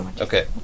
Okay